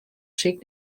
siik